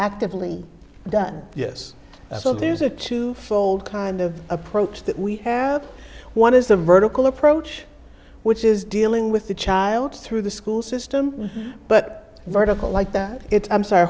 actively done yes so there's a two fold kind of approach that we have one is the vertical approach which is dealing with the child through the school system but vertical like that it's i'm sorry